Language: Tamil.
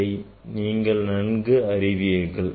இதை நீங்கள் நன்கு அறிவீர்கள்